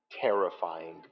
terrifying